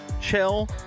chill